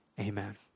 amen